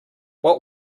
what